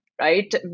right